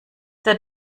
der